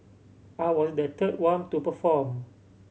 I was the third one to perform